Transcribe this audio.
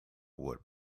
would